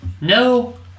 no